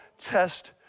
test